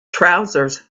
trousers